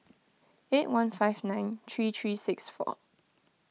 eight one five nine three three six four